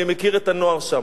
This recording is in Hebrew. אני מכיר את הנוער שם,